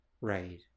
Right